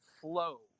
flow